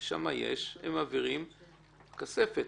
הם מעבירים ל"כספת"